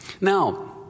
Now